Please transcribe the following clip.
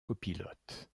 copilote